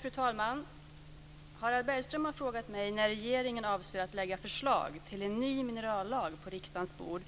Fru talman! Harald Bergström har frågat mig när regeringen avser att lägga förslag till en ny minerallag på riksdagens bord